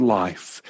life